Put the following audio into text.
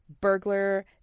burglar